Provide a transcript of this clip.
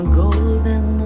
golden